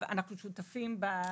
אבל אנחנו שותפים בוועדות,